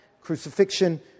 crucifixion